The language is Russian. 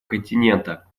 континента